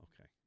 okay